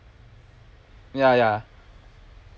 ya ya